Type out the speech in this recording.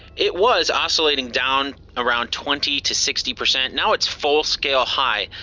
it was oscillating down around twenty to sixty percent. now it's full-scale high.